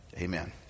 amen